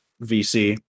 VC